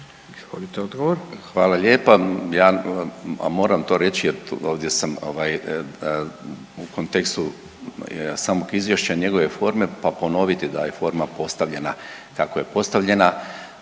Hvala lijepa. A moram to reći, jer ovdje sam u kontekstu samog izvješća i njegove forme, pa ponoviti da je forma postavljena kako je postavljena